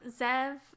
Zev